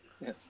Yes